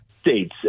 states